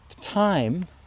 time